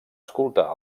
escoltar